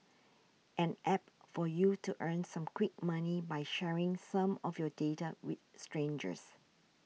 an App for you to earn some quick money by sharing some of your data with strangers